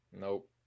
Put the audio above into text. Nope